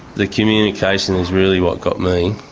the communication is really what got me.